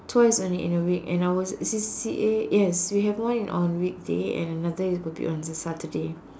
twice only in a week and our C_C_A yes we have one in on weekday and another it would be on the Saturday